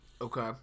Okay